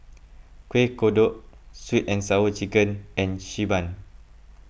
Kueh Kodok Sweet and Sour Chicken and Xi Ban